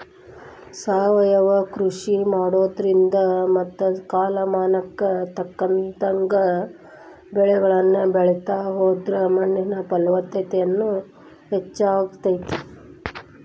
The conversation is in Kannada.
ಸಾವಯವ ಕೃಷಿ ಮಾಡೋದ್ರಿಂದ ಮತ್ತ ಕಾಲಮಾನಕ್ಕ ತಕ್ಕಂಗ ಬೆಳಿಗಳನ್ನ ಬೆಳಿತಾ ಹೋದ್ರ ಮಣ್ಣಿನ ಫಲವತ್ತತೆನು ಹೆಚ್ಚಾಗ್ತೇತಿ